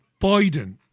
Biden